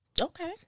Okay